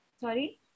Sorry